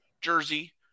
Jersey